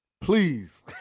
please